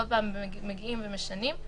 כל פעם מגיעים ומשנים,